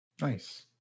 Nice